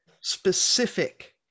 specific